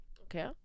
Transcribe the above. okay